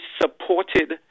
supported